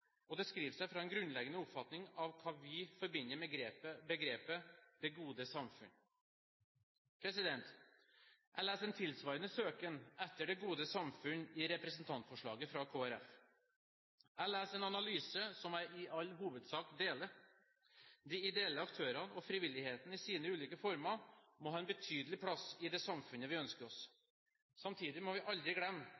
Det skriver seg fra en grunnleggende oppfatning av hva vi forbinder med begrepet «det gode samfunn». Jeg leser en tilsvarende søken etter det gode samfunn i representantforslaget fra Kristelig Folkeparti. Jeg leser en analyse som jeg i all hovedsak deler. De ideelle aktørene og frivilligheten i sine ulike former må ha en betydelig plass i det samfunnet vi ønsker oss.